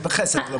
זה בחסד ולא בזכות.